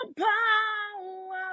power